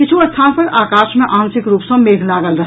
किछु स्थान पर आकाश मे आंशिक रूप सँ मेघ लागल रहल